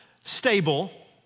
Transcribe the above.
stable